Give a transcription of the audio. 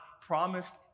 promised